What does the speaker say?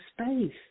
space